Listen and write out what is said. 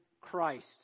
Christ